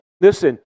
listen